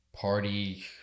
party